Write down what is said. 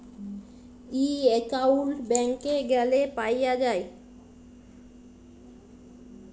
ই account ব্যাংকে গ্যালে পাউয়া যায়